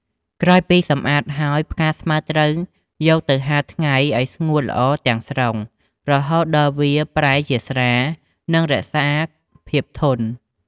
ក្រោយពីសម្អាតហើយ ផ្កាស្មៅត្រូវយកទៅហាលថ្ងៃឲ្យស្ងួតល្អទាំងស្រុង រហូតដល់វាប្រែជាស្រាល និងរក្សាភាពធន់។